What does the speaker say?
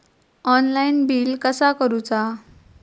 Online bill कसा करुचा?